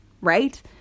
right